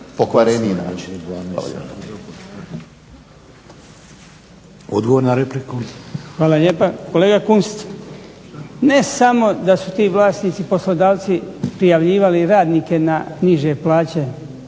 **Marić, Goran (HDZ)** Hvala lijepa. Kolega Kunst, ne samo da su ti vlasnici poslodavci prijavljivali radnike na niže plaće,